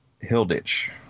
Hilditch